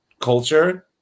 culture